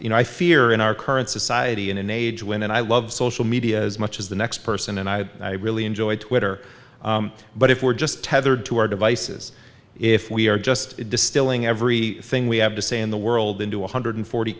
you know i fear in our current society in an age when and i love social media as much as the next person and i really enjoy twitter but if we're just tethered to our devices if we are just distilling every thing we have to say in the world into one hundred forty